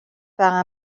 байгаа